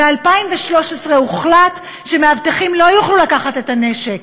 ב-2013 הוחלט שמאבטחים לא יוכלו לקחת את הנשק.